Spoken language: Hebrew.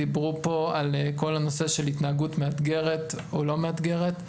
דיברו פה על כל הנושא של התנהגות מאתגרת או לא מאתגרת,